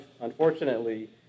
unfortunately